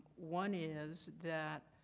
one is that